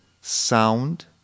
sound